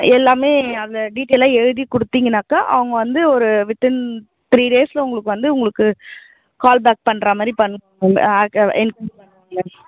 எல்லாமே அதில் டீட்டெய்லாக எழுதிக் கொடுத்தீங்கனாக்கா அவங்க வந்து ஒரு வித்இன் த்ரீ டேஸில் உங்களுக்கு வந்து உங்களுக்கு கால்பேக் பண்ற மாதிரி பண் ஆக வே என்